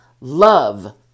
love